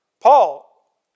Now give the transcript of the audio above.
Paul